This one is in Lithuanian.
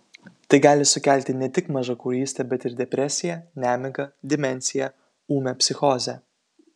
tai gali sukelti ne tik mažakraujystę bet ir depresiją nemigą demenciją ūmią psichozę